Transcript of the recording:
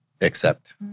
accept